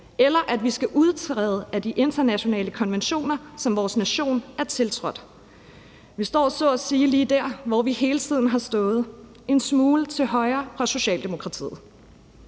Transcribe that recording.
eller at vi skal udtræde af de internationale konventioner, som vores nation er tiltrådt. Vi står så at sige lige der, hvor vi hele tiden har stået, en smule til højre for Socialdemokratiet.